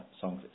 songs